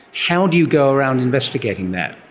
how do you go around investigating that?